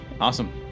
Awesome